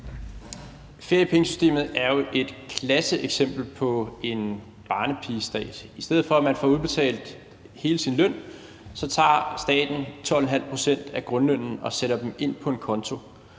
Feriepengesystemet er jo et klasseeksempel på et system i en barnepigestat. I stedet for at man får udbetalt hele sin løn, tager staten 12,5 pct. af grundlønnen og sætter dem ind på en konto.